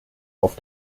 auf